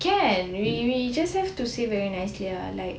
can we we just have to say very nicely ah like